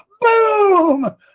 Boom